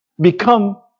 Become